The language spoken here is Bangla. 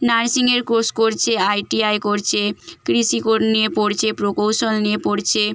নার্সিংয়ের কোর্স করছে আইটিআই করছে কৃষি কোর নিয়ে পড়ছে প্রকৌশল নিয়ে পড়ছে